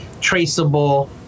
traceable